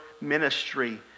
ministry